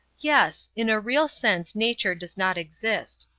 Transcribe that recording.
yes, in a real sense nature does not exist.